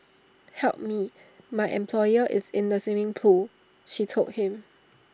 help me my employer is in the swimming pool she told him